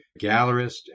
gallerist